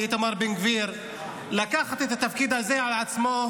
איתמר בן גביר לקחת את התפקיד הזה על עצמו,